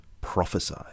Prophesy